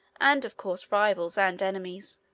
and of course rivals and enemies.